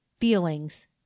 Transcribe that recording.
feelings